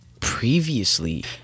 previously